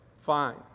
fine